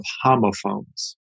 homophones